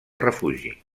refugi